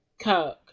Kirk